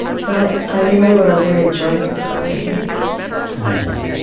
so i i remember a very joyful side of him i love that.